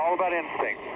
about instincts.